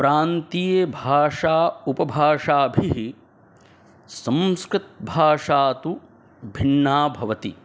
प्रान्तीयभाषा उपभाषाभिः संस्कृतभाषा तु भिन्ना भवति